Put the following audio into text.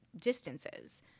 distances